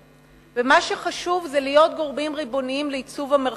מה שחשוב זה להיות גורמים ריבוניים לעיצוב המרחב היהודי.